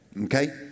Okay